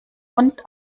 und